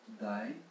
die